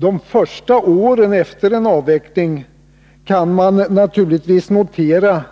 De första åren efter en avveckling kan man naturligtvis notera